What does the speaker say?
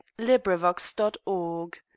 LibriVox.org